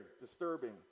disturbing